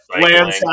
land